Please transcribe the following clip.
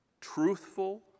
truthful